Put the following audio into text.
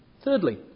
Thirdly